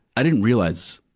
i didn't realize,